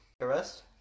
arrest